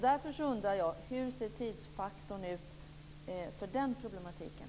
Därför undrar jag: Hur ser tidsfaktorn ut för den problematiken?